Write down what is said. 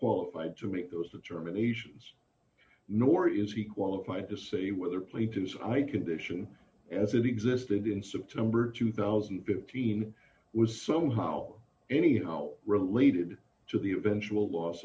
qualified to make those determinations nor is he qualified to say whether ple do so i condition as it existed in september two thousand and fifteen was somehow anyhow related to the eventual loss